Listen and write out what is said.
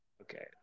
Okay